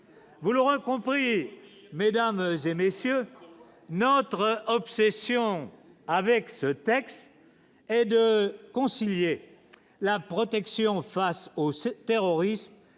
vous incompris compris, mesdames et messieurs, notre obsession avec ce texte est de concilier la protection face aux ce terrorisme